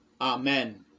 amen